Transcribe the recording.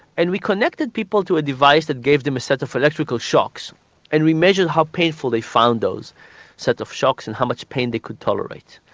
and we connected connected people to a device that gave them a set of electrical shocks and we measured how painful they found those set of shocks and how much pain they could tolerate.